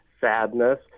sadness